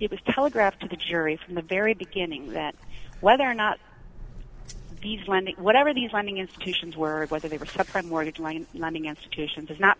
it was telegraphed to the jury from the very beginning that whether or not these lending whatever these lending institutions were whether they were sub prime mortgage line lending institutions